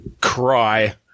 cry